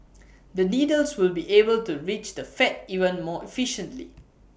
the needles will be able to reach the fat even more efficiently